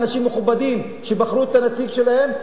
אנשים מכובדים שבחרו את הנציג שלהם,